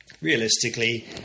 realistically